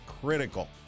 critical